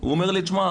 הוא אומר לי: תשמע,